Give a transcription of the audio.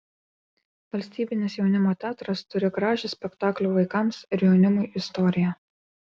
valstybinis jaunimo teatras turi gražią spektaklių vaikams ir jaunimui istoriją